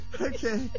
Okay